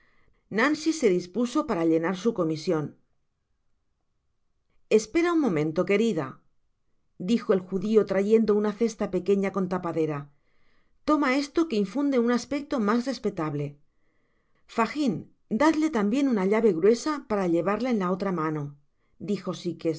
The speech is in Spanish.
nancy se dispuso para henar se comisioa i f t espera un momento querida dijo el judio trayendo una cesta pequeña con tapaderatoma esto que infunde un aspecto mas respetable fagin dadle tambien una llave gruesa para llevarla en la otfa mano dijo sikesasi se